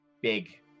big